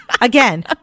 Again